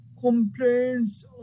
complaints